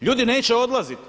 Ljudi neće odlaziti.